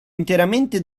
interamente